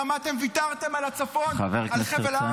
למה אתם ויתרתם על הצפון -- חבר הכנסת הרצנו,